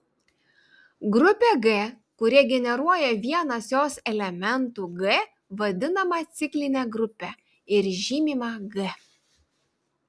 grupė g kurią generuoja vienas jos elementų g vadinama cikline grupe ir žymima g